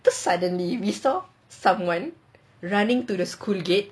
so suddenly we saw someone running to the school gate